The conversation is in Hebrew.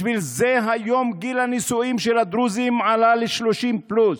בשביל זה היום גיל הנישואים של הדרוזים עלה ל-30 פלוס.